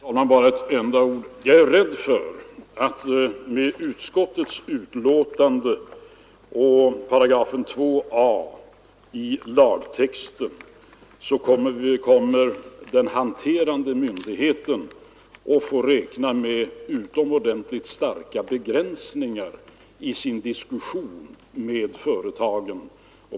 Herr talman! Bara några få ord. Jag är rädd för att den handläggande myndigheten vid tillämpning av den av utskottet föreslagna 2a§ i lagtexten kommer att få räkna med utomordentligt starka begränsningar i sin diskussion med företagen.